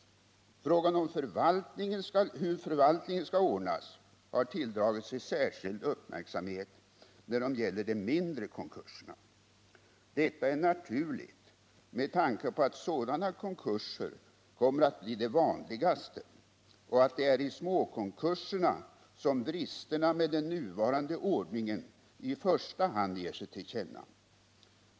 Frågan om hur förvaltningen skall ordnas har tilldragit sig särskild uppmärksamhet när det gäller de mindre konkurserna. Detta är naturligt med tanke på att sådana konkurser kommer att bli de vanligaste och att det är i småkonkurserna som bristerna med den nuvarande ordningen i första hand ger sig till känna.